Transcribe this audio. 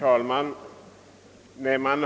Herr talman!